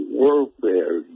warfare